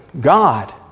God